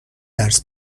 درس